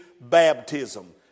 baptism